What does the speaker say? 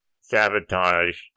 sabotage